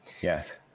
Yes